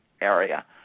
area